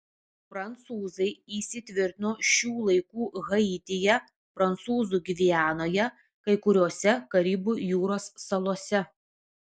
prancūzai įsitvirtino šių laikų haityje prancūzų gvianoje kai kuriose karibų jūros salose